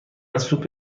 سوپ